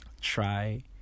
try